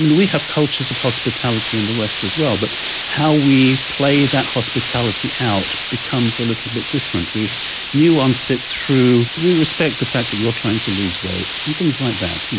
we have cultures of hospitality in the west as well, but how we play that hospitality out becomes a little bit different. we nuance it through we respect the fact that you're trying to lose weight and things like that,